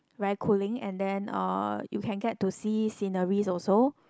very cooling and then uh you can get to see sceneries also